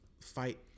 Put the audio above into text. fight